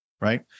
right